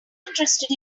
interested